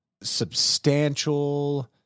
substantial